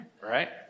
Right